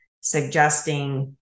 suggesting